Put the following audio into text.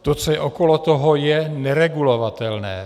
To, co je okolo toho, je neregulovatelné.